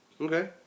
Okay